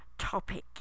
topic